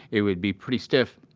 it would be pretty stiff.